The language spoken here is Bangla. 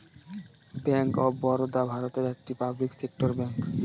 ব্যাঙ্ক অফ বরোদা ভারতের একটি পাবলিক সেক্টর ব্যাঙ্ক